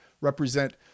represent